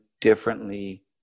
differently